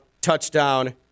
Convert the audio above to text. touchdown